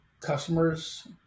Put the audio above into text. customers